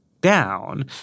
down